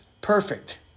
perfect